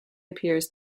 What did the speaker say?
appears